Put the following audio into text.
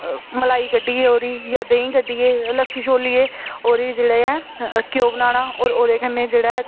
मलाई कड्ढियै ओह्दी जां देहीं कड्ढियै लस्सी छोल्लियै ओह्दी जेह्ड़े ऐ घ्योऽ बनाना ओह्दे कन्नै जेह्ड़ा ऐ